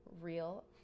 real